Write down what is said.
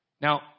Now